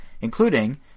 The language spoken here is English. including